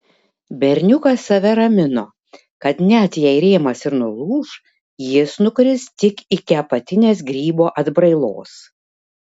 berniukas save ramino kad net jei rėmas ir nulūš jis nukris tik iki apatinės grybo atbrailos